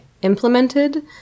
Implemented